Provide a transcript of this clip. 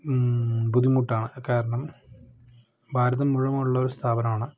ബുദ്ധിമുട്ടാണ് കാരണം ഭാരതം മുഴുവൻ ഉള്ള ഒരു സ്ഥാപനമാണ്